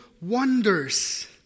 wonders